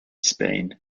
spain